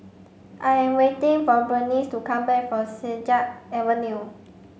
I am waiting for Burnice to come back from Siglap Avenue